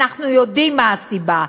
אנחנו יודעים מה הסיבה.